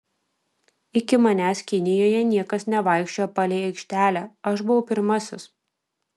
iki manęs kinijoje niekas nevaikščiojo palei aikštelę aš buvau pirmasis